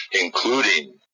including